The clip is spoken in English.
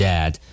Dad